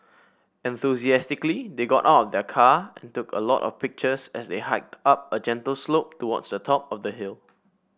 enthusiastically they got of the car and took a lot of pictures as they hiked up a gentle slope towards the top of the hill